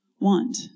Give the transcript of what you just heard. want